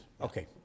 okay